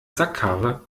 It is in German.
sackkarre